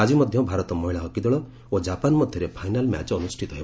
ଆଜି ମଧ୍ୟ ଭାରତ ମହିଳା ହକି ଦଳ ଓ ଜାପାନ ମଧ୍ୟରେ ଫାଇନାଲ୍ ମ୍ୟାଚ୍ ଅନୁଷ୍ଠିତ ହେବ